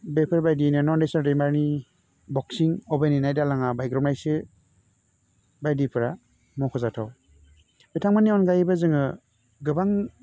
बेफोरबादिनो नन्देसर दैमारिनि बक्सिं अबे नेनाय दालाङा बायग्रबनायसो बायदिफ्रा मख'जाथाव बिथांमोननि अनगायैबो जोङो गोबां